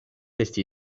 esti